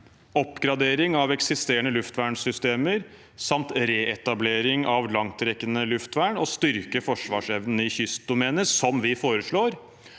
oppgradering av eksisterende luftvernsystemer samt reetablering av langtrekkende luftvern og styrke forsvarsevnen i kystdomenet, som vi foreslår,